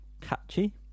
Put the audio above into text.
catchy